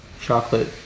Chocolate